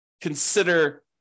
consider